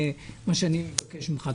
זה מה שאני מבקש ממך.